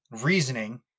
reasoning